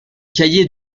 cahier